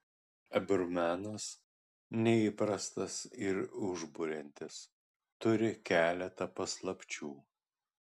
ebru menas neįprastas ir užburiantis turi keletą paslapčių